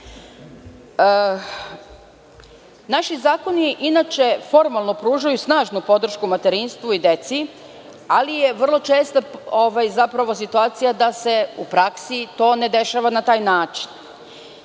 zakoni inače formalno pružaju snažnu podršku materinstvu i deci, ali je vrlo česta situacija da se u praksi to ne dešava na taj način.